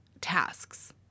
tasks